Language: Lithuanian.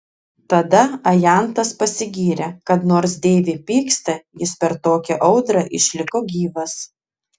tada ajantas pasigyrė kad nors deivė pyksta jis per tokią audrą išliko gyvas